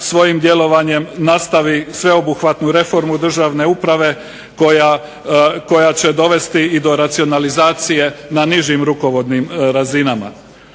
svojim djelovanjem nastavi sveobuhvatnu reformu državne uprave koja će dovesti do racionalizacije na nižim rukovodnim razinama.